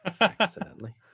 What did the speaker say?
Accidentally